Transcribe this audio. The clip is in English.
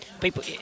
people